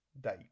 date